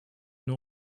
nur